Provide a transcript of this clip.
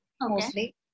mostly